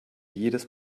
jedes